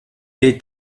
est